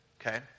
okay